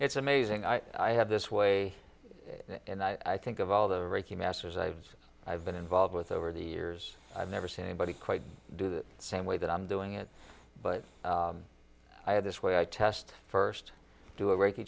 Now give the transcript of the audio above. it's amazing i have this way and i think of all the reiki masters ives i've been involved with over the years i've never seen anybody quite do the same way that i'm doing it but i had this way i test first do a reiki